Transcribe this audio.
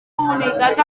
comunitat